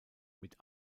mit